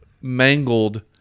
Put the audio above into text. mangled